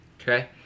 Okay